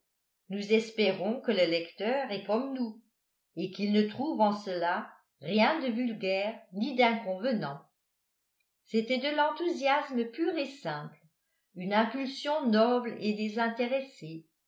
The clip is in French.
nous espérons que le lecteur est comme nous et qu'il ne trouve en cela rien de vulgaire ni d'inconvenant c'était de l'enthousiasme pur et simple une impulsion noble et désintéressée